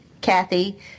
Kathy